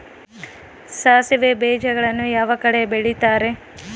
ಸಾಸಿವೆ ಬೇಜಗಳನ್ನ ಯಾವ ಕಡೆ ಬೆಳಿತಾರೆ?